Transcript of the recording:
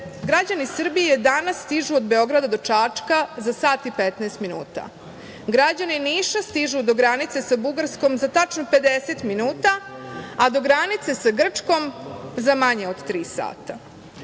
građani Srbije danas stižu od Beograda do Čačka za sat i 15 minuta, građani Niša stižu do granice sa Bugarskom za tačno 50 minuta, a do granice sa Grčkom za manje od tri sata.